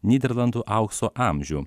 nyderlandų aukso amžių